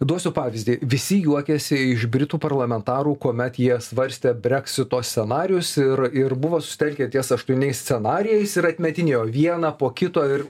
duosiu pavyzdį visi juokėsi iš britų parlamentarų kuomet jie svarstė breksito scenarijus ir ir buvo susitelkę ties aštuoniais scenarijais ir atmetinėjo vieną po kito ir